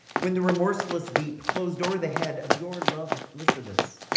when the remorseless deep clos'd o'er the head of your lov'd lycidas?